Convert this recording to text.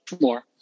more